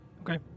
Okay